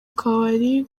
kabari